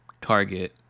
Target